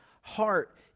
heart